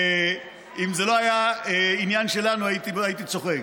אם זה לא היה עניין שלנו הייתי צוחק,